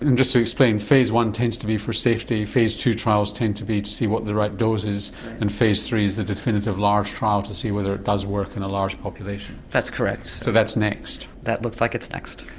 and just to explain, phase one tends to be for safety, phase two trials tend to see what the right dose is and phase three is the definitive large trial to see whether it does work in a large population. that's correct. so that's next? that looks like it's next.